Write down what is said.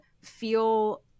feel